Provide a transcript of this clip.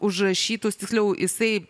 užrašytus tiksliau jisai